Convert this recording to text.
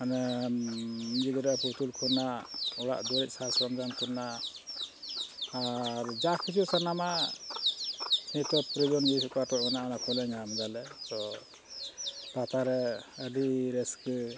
ᱢᱟᱱᱮ ᱜᱤᱫᱽᱨᱟᱹ ᱯᱩᱛᱩᱞ ᱠᱷᱚᱱᱟᱜ ᱚᱲᱟᱜ ᱫᱩᱣᱟᱹᱨ ᱨᱮᱱᱟᱜ ᱥᱟᱡᱽ ᱥᱚᱨᱚᱧᱡᱟᱢ ᱠᱷᱚᱱᱟᱜ ᱟᱨ ᱡᱟ ᱠᱤᱪᱷᱩ ᱥᱟᱱᱟᱢᱟᱜ ᱱᱤᱛᱳᱜ ᱯᱨᱚᱭᱳᱡᱚᱱ ᱡᱤᱱᱤᱥ ᱚᱠᱟᱴᱟᱜ ᱠᱟᱱᱟ ᱚᱱᱟ ᱠᱚᱞᱮ ᱧᱟᱢ ᱫᱟᱞᱮ ᱛᱚ ᱯᱟᱛᱟᱨᱮ ᱟᱹᱰᱤ ᱨᱟᱹᱥᱠᱟᱹ